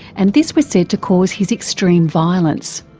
and this was said to cause his extreme violence.